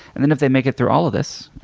and then if they make it through all of this,